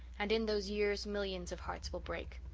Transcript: and in those years millions of hearts will break.